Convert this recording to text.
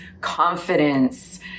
confidence